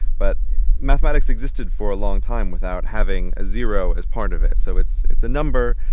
but mathematics existed for a long time without having a zero as part of it. so it's it's a number,